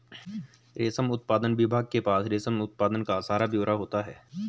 रेशम उत्पादन विभाग के पास रेशम उत्पादन का सारा ब्यौरा होता है